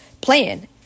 plan